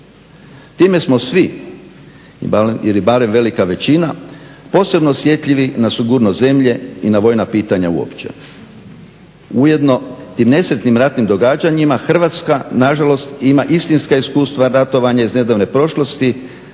Time smo svi ili barem velika većina posebno osjetljivi na sigurnost zemlje i na vojna pitanja uopće. Ujedno tim nesretnim ratnim događanjima Hrvatska nažalost ima istinska iskustva ratovanja iz nedavne prošlosti,